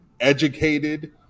educated